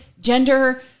gender